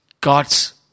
God's